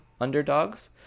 underdogs